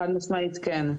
חד-משמעית כן.